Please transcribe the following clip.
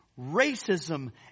racism